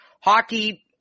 Hockey